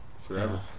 forever